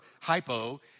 hypo